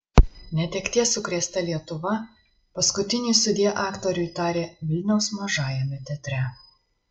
netekties sukrėsta lietuva paskutinį sudie aktoriui tarė vilniaus mažajame teatre